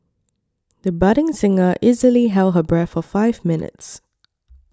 the budding singer easily held her breath for five minutes